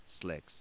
slicks